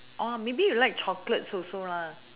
orh maybe you like chocolates also lah